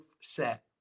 set